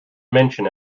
mention